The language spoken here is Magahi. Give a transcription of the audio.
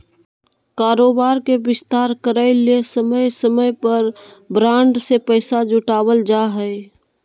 कारोबार के विस्तार करय ले समय समय पर बॉन्ड से पैसा जुटावल जा हइ